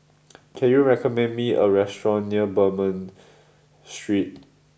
can you recommend me a restaurant near Bernam Street